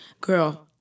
Girl